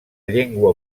llengua